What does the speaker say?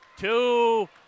Two